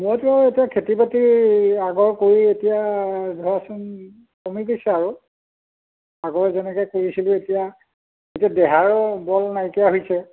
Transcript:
মইটো এতিয়া খেতি বাতি আগৰ কৰি এতিয়া ধৰকচোন কমি গৈছে আৰু আগৰ যেনেকৈ কৰিছিলো এতিয়া এতিয়া দেহাৰো বল নাইকিয়া হৈছে